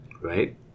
Right